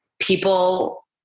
People